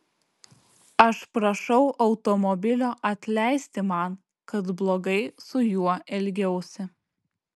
aš prašau automobilio atleisti man kad blogai su juo elgiausi